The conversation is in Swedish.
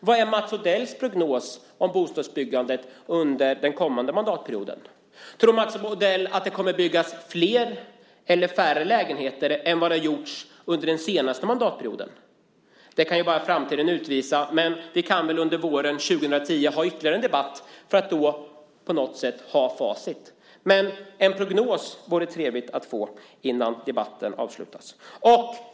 Vad är Mats Odells prognos om bostadsbyggandet under den kommande mandatperioden? Tror Mats Odell att det kommer att byggas flera eller färre lägenheter än under den senaste mandatperioden? Det kan bara framtiden utvisa. Vi kan väl under våren 2010 ha en ytterligare debatt, för då har vi ju facit. Men det vore trevligt att få en prognos innan den här debatten avslutas.